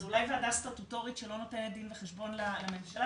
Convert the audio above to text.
זה אולי סטטוטורית שלא נותנת דין וחשבון לממשלה,